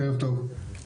ערב טוב.